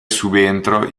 subentro